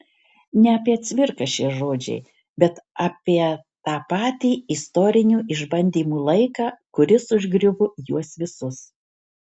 ne apie cvirką šie žodžiai bet apie tą patį istorinių išbandymų laiką kuris užgriuvo juos visus